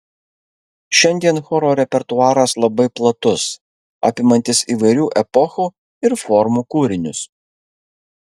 šiandien choro repertuaras labai platus apimantis įvairių epochų ir formų kūrinius